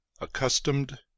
Accustomed